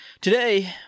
Today